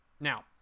Now